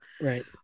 right